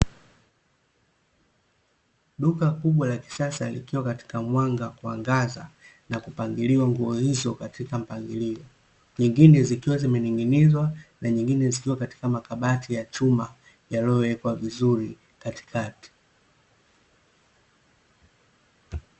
Duka kubwa la kisasa likiwa katika mwanga wa kuangaza, na kupangiliwa nguo hizo katika mpangilio. Nyingine zikiwa zimening'inizwa, na nyingine zikiwa katika makabati ya chuma, yaliyowekwa vizuri katikati.